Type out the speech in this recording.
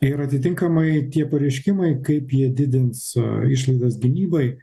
ir atitinkamai tie pareiškimai kaip jie didins išlaidas gynybai